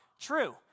true